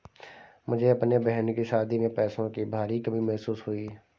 मुझे अपने बहन की शादी में पैसों की भारी कमी महसूस हुई